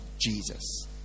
Jesus